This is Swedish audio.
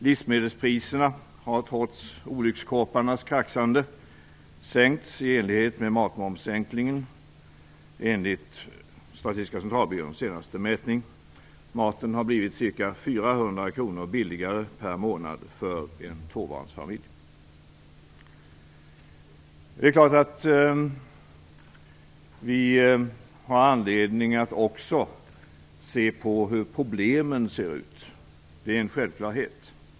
Livsmedelspriserna har trots olyckskorparnas kraxande sänkts i enlighet med matmomssänkningen enligt Statistiska centralbyråns senaste mätning. Maten har blivit ca 400 kr billigare per månad för en tvåbarnsfamilj. Det är klart att vi har anledning att också se på hur problemen ser ut. Det är en självklarhet.